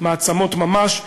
מעצמות ממש,